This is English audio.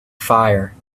fire